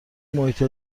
محیط